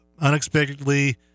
unexpectedly